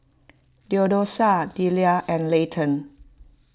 theodosia Deliah and Layton